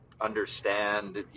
understand